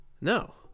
No